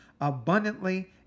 abundantly